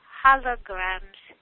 holograms